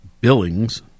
Billings